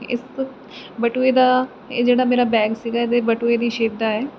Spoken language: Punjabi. ਇਸ ਬਟੂਏ ਦਾ ਇਹ ਜਿਹੜਾ ਮੇਰਾ ਬੈਗ ਸੀਗਾ ਇਹਦੇ ਬਟੂਏ ਦੀ ਸ਼ੇਪ ਦਾ ਹੈ